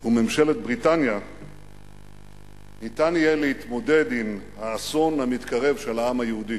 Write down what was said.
וממשלת בריטניה ניתן יהיה להתמודד עם האסון המתקרב של העם היהודי,